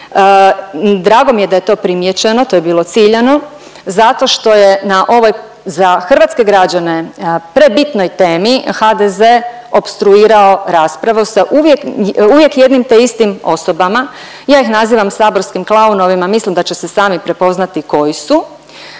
drago mi je da je to primijećeno, to je bilo ciljano, zato što je na ovoj za hrvatske građane prebitnoj temi HDZ opstruirao raspravu sa uvijek jednim te istim osobama, ja ih nazivam saborskim klaunovima, mislim da će se sami prepoznati koji su.